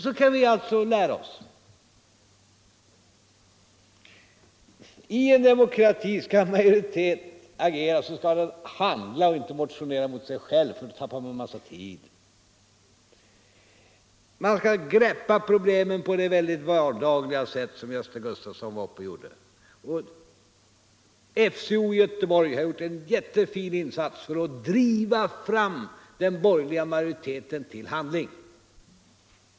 Så kan vi alltså lära oss: I en demokrati skall en majoritet handla - inte motionera mot sig själv, för då tappar man en massa tid. Man skall greppa problemen på det vardagliga sätt som Gösta Gustafsson i Göteborg gjorde. FCO i Göteborg har gjort en jättefin insats för att driva fram den borgerliga majoriteten till handling.